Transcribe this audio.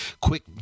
quick